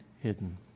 hidden